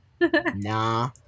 nah